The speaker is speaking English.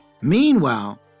Meanwhile